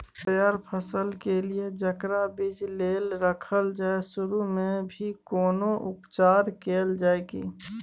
तैयार फसल के लिए जेकरा बीज लेल रखल जाय सुरू मे भी कोनो उपचार कैल जाय की?